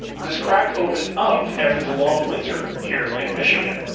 this crack opened up after the long winter here in michigan.